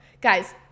guys